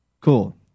Cool